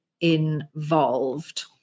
involved